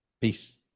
peace